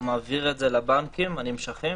הוא מעביר את זה לבנקים הנמשכים.